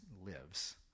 lives